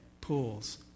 pools